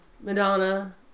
Madonna